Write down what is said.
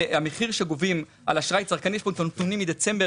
במחיר שגובים על אשראי צרכני - יש לנו נתונים מדצמבר